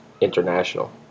International